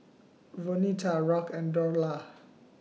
Vonetta Rock and Dorla